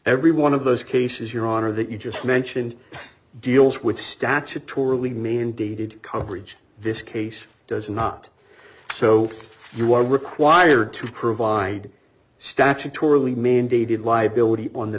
every one of those cases your honor that you just mentioned deals with statutorily mandated coverage this case does not so you are required to provide statutorily mandated liability on the